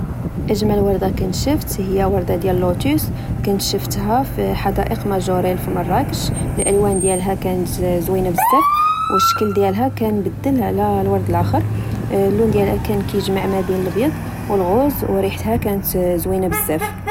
أجمل وردةكنت شفت، هي وردة ديال لوتيس، وكنت شفتها فحدائق ماجوغيل في مراكش، الألوان ديالها كانت زوينة بزاف، والشكل ديالها كان مبدل على الورد لاخر. لون ديالها كان كجمع مابين الأبيض والغوز، و ريحتها كانت زوينة بزاف،